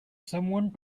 someone